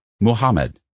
Muhammad